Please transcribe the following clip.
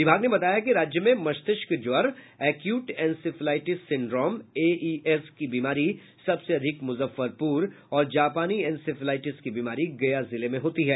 विभाग ने बताया है कि राज्य में मस्तिष्क ज्वर एक्यूट इंसेफलाइटिस सिंड्रोम एईएस की बीमारी सबसे अधिक मुजफ्फरपुर और जापानी इंसेफ्लाइटिस की बीमारी गया जिले में होती है